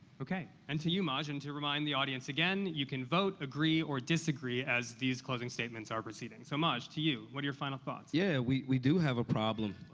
okay. and to you, maj. and to remind the audience again, you can vote agree or disagree as these closing statements are proceeding. so, maj, to you. what are your final thoughts? yeah, we we do have a problem.